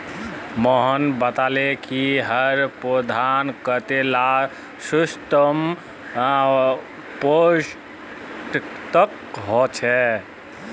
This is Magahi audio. मोहन बताले कि हर पौधात कतेला सूक्ष्म पोषक तत्व ह छे